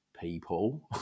people